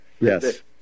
Yes